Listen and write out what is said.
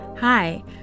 Hi